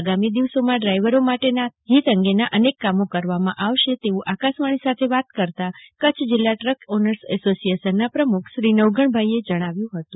આગામી દિવશોમાં ડ્રાઈવરો માટે તેમના હિત માટે અનેક કામો કરવામાં આવશે તેવું આકાશવાણી સાથે વાત કરતા કચ્છ જીલ્લા ટ્રક ઓનર્સ એસોસિએશન ના પ્રમુખ શ્રી નવઘણભાઈ આહીર જણાવ્યું હતું